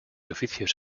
oficios